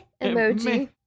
emoji